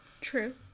True